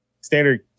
standard